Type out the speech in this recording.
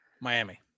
Miami